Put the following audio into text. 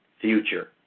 future